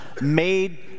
made